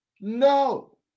No